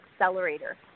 Accelerator